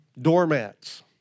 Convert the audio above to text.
doormats